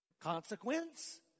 Consequence